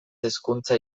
hezkuntza